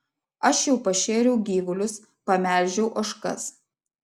aš jau pašėriau gyvulius pamelžiau ožkas